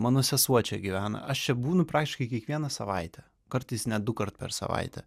mano sesuo čia gyvena aš čia būnu praktiškai kiekvieną savaitę kartais net dukart per savaitę